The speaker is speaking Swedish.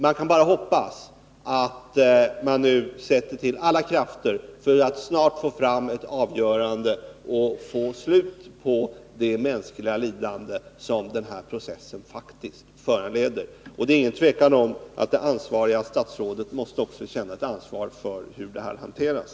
Vi kan bara hoppas att man med alla krafter arbetar på att snart få fram ett avgörande, så att det blir ett slut på det mänskliga lidande som den här processen faktiskt föranleder. Det råder inget tvivel om att också statsrådet måste känna ett ansvar för hur frågan hanteras.